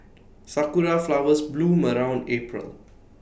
Sakura Flowers bloom around April